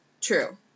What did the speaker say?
True